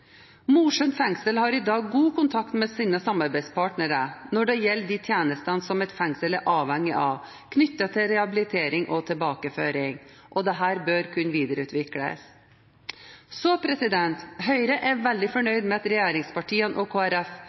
Mosjøen fengsel har i dag god kontakt med sine samarbeidspartnere når det gjelder de tjenester som et fengsel er avhengig av knyttet til rehabilitering og tilbakeføring, og dette bør kunne videreutvikles. Høyre er veldig fornøyd med at regjeringspartiene og